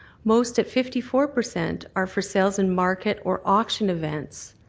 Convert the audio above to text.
most at fifty four percent are for sales in market or auction events.